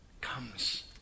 comes